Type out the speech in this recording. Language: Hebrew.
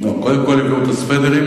קודם כול הוקמו יישובים,